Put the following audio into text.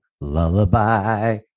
Lullaby